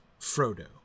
Frodo